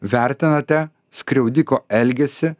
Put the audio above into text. vertinate skriaudiko elgesį